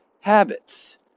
habits